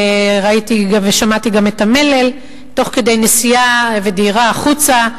שמעתי גם את המלל תוך כדי נסיעה ודהירה החוצה,